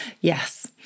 Yes